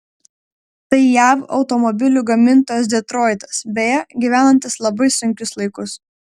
tai jav automobilių gamintojas detroitas beje gyvenantis labai sunkius laikus